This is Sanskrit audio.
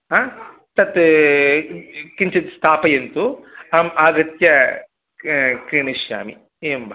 हां तत् किञ्चित् स्थापयन्तु अहं आगत्य क्रीणिष्यामि एवं वा